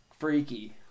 freaky